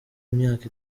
imyaka